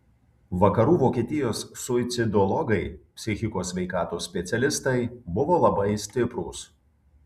vakarų vokietijos suicidologai psichikos sveikatos specialistai buvo labai stiprūs